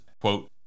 quote